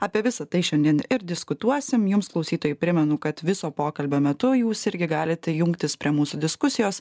apie visa tai šiandien ir diskutuosim jums klausytojai primenu kad viso pokalbio metu jūs irgi galit jungtis prie mūsų diskusijos